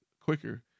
quicker